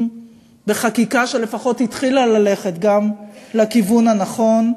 בחקיקה שלפחות התחילה ללכת גם בכיוון הנכון.